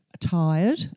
...tired